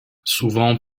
souvent